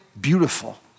beautiful